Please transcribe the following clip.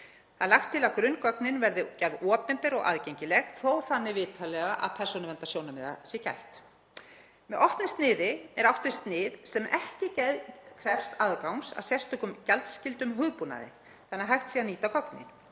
Það er lagt til að grunngögnin verði gerð opinber og aðgengileg, þó þannig vitanlega að persónuverndarsjónarmiða sé gætt. Með opnu sniði er átt við snið sem ekki krefst aðgangs að sérstökum gjaldskyldum hugbúnaði þannig að hægt sé að nýta gögnin.